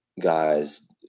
guys